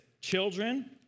children